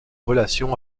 relations